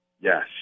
Yes